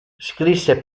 scrisse